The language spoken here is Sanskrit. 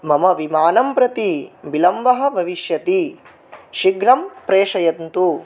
मम विमानं प्रति विलम्बः भविष्यति शीघ्रं प्रेषयन्तु